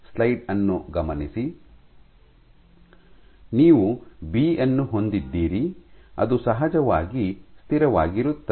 ಮತ್ತು ನೀವು ಬಿ ಅನ್ನು ಹೊಂದಿದ್ದೀರಿ ಅದು ಸಹಜವಾಗಿ ಸ್ಥಿರವಾಗಿರುತ್ತದೆ